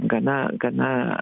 gana gana